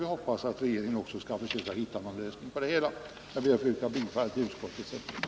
Vi hoppas att regeringen också skall hitta en lösning på hela den här frågan. Jag ber att få yrka bifall till utskottets hemställan.